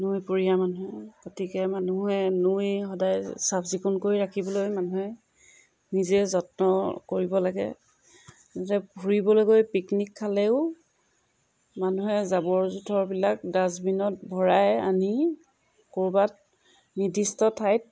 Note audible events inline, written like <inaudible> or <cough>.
নৈপৰীয়া মানুহে গতিকে মানুহে নৈ সদায় চাফ চিকুণ কৰি ৰাখিবলৈ মানুহে নিজে যত্ন কৰিব লাগে <unintelligible> ফুৰিবলৈ গৈ পিকনিক খালেও মানুহে জাবৰ জোথৰবিলাক ডাষ্টবিনত ভৰাই আনি ক'ৰবাত নিৰ্দিষ্ট ঠাইত